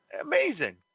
Amazing